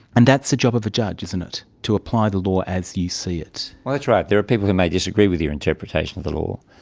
and that's the job of a judge, isn't it, to apply the law as you see it? well, that's right. there are people who may disagree with your interpretation of the law,